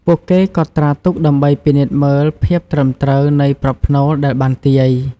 ពួកគេកត់ត្រាទុកដើម្បីពិនិត្យមើលភាពត្រឹមត្រូវនៃប្រផ្នូលដែលបានទាយ។